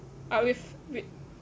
ah with